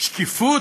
שקיפות?